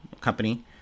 Company